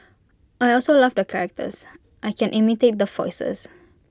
I also love the characters I can imitate the voices